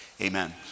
amen